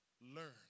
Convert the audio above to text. learn